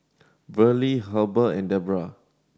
Verlie Heber and Debra